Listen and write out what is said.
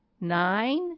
nine